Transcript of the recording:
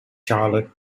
charlotte